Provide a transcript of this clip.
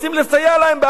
רוצים לסייע להם?